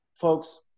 Folks